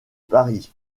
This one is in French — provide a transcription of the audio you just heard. paris